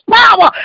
power